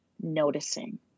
noticing